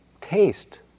taste